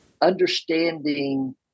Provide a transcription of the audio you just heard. understanding